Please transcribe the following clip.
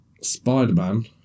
Spider-Man